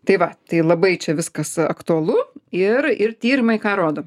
tai va tai labai čia viskas aktualu ir ir tyrimai ką rodo